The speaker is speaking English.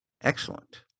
Excellent